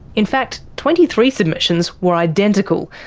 in fact twenty-three submissions were identical,